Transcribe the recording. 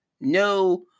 no